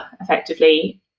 effectively